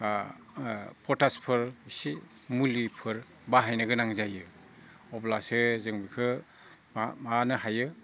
पटासफोर एसे मुलिफोर बाहायनो गोनां जायो अब्लासो जों बिखो माबानो हायो